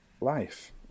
life